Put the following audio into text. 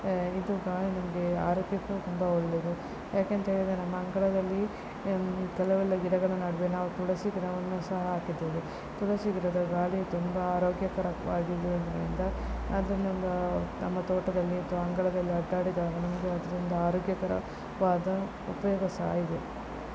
ಇದು ಗಾಳಿ ನಮಗೆ ಆರೋಗ್ಯಕ್ಕೂ ತುಂಬ ಒಳ್ಳೆಯದು ಯಾಕೇಂತ ಹೇಳಿದರೆ ನಮ್ಮ ಅಂಗಳದಲ್ಲಿ ಕೆಲವೆಲ್ಲ ಗಿಡಗಳ ನಡುವೆ ನಾವು ತುಳಸಿ ಗಿಡವನ್ನು ಸಹ ಹಾಕಿದ್ದೇವೆ ತುಳಸಿ ಗಿಡದ ಗಾಳಿ ತುಂಬ ಆರೋಗ್ಯಕರವಾಗಿರುವುದರಿಂದ ಅದು ನಮ್ಮ ನಮ್ಮ ತೋಟದಲ್ಲಿ ಅಥವಾ ಅಂಗಳದಲ್ಲಿ ಅಡ್ಡಾಡಿದಾಗ ನಮಗೆ ಅದರಿಂದ ಆರೋಗ್ಯಕರವಾದ ಉಪಯೋಗ ಸಹ ಇದೆ